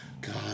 God